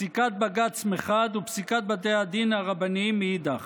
פסיקת בג"ץ מחד ופסיקת בתי הדין הרבניים מאידך.